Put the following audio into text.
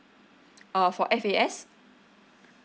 uh for F_A_S